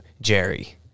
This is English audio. Jerry